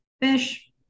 Fish